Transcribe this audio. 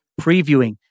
previewing